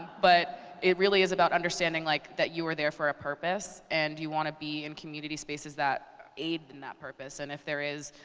but it really is about understanding like that you were there for a purpose, and you wanna be in community spaces that aid in that purpose. and if there is